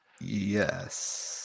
Yes